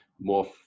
more